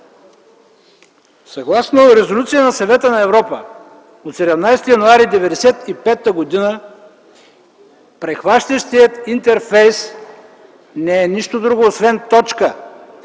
Съгласно Резолюция на Съвета на Европа от 17 януари 1995 г. прихващащият интерфейс не е нищо друго освен точка